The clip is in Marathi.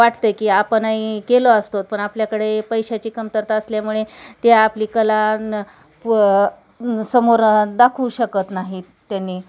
वाटते की आपणही केलो असतो पण आपल्याकडे पैशाची कमतरता असल्यामुळे त्या आपली कला न समोर दाखवू शकत नाहीत त्यांनी